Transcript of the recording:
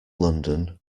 london